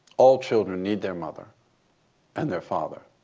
all children need their mother and their father.